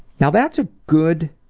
now that's a good